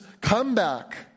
comeback